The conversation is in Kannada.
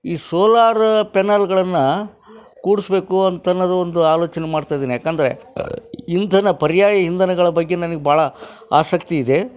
ಈ ಸೋಲಾರ್ ಪೆನಲ್ಗಳನ್ನು ಕೂಡಿಸ್ಬೇಕು ಅಂತ ಅನ್ನೋದು ಒಂದು ಆಲೋಚನೆ ಮಾಡ್ತಾಯಿದ್ದೀನಿ ಏಕಂದ್ರೆ ಇಂಧನ ಪರ್ಯಾಯ ಇಂಧನಗಳ ಬಗ್ಗೆ ನನಗೆ ಭಾಳ ಆಸಕ್ತಿ ಇದೆ